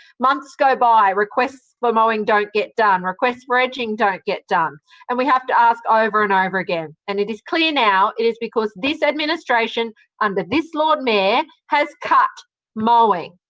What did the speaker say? months go by. requests for mowing don't get done. requests for edging don't get done and we have to ask over and over again and it is clear now, it is because this administration under this lord mayor has cut mowing.